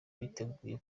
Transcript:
biteguye